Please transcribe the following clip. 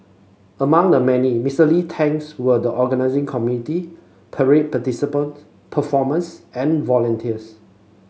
among the many Mister Lee thanked were the organising committee parade participants performers and volunteers